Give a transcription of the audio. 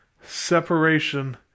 separation